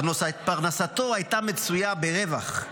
פרנסתו הייתה מצויה ברווח,